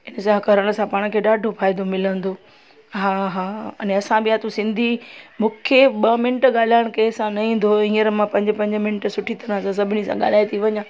exam करण सां पाण खे ॾढो फ़ाइदो मिलंदो हा हा आने असां ॿियां तु सिंधी मूंखे ॿ मिन्ट गाल्हाइणु कंहिं सां न ईंदो हुयो हींअर मां पंज पंज मिन्ट सुठी तरह सां सभिनी सां ॻाल्हाए थी वञा